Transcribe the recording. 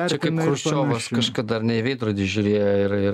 čia kaip chruščiovas kažkada ar ne į veidrodį žiūrėjo ir ir